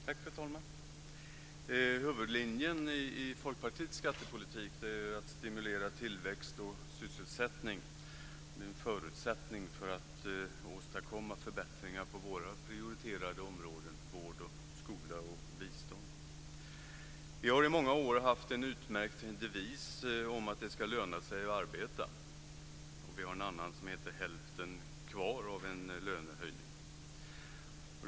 Fru talman! Huvudlinjen i Folkpartiets skattepolitik är att stimulera tillväxt och sysselsättning. Det är en förutsättning för att åstadkomma förbättringar på våra prioriterade områden vård, skola och bistånd. Vi har i många år haft en utmärkt devis om att det ska löna sig att arbeta. Vi har också en som heter hälften kvar av en lönehöjning.